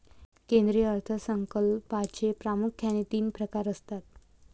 केंद्रीय अर्थ संकल्पाचे प्रामुख्याने तीन प्रकार असतात